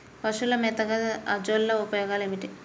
పశువుల మేతగా అజొల్ల ఉపయోగాలు ఏమిటి?